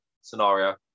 scenario